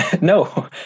No